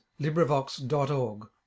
librivox.org